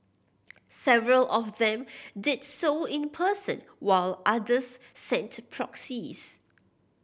several of them did so in person while others sent proxies